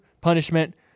punishment